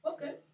Okay